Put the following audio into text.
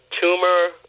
tumor